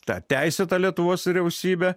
tą teisėtą lietuvos vyriausybę